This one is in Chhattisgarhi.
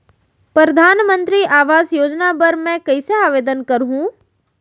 परधानमंतरी आवास योजना बर मैं कइसे आवेदन करहूँ?